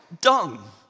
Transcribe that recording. dung